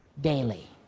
daily